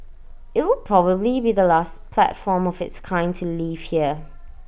IT will probably be the last platform of its kind to leave here